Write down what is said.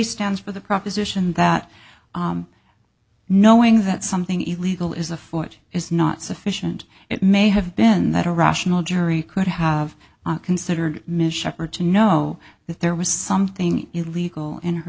stands for the proposition that knowing that something illegal is afoot is not sufficient it may have been that a rational jury could have considered michele or to know that there was something illegal in her